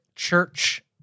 Church